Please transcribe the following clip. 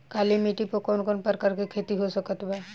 काली मिट्टी पर कौन कौन प्रकार के खेती हो सकत बा?